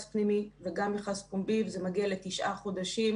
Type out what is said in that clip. פנימי וגם מכרז פומבי וזה מגיע לתשעה חודשים,